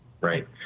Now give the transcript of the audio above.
Right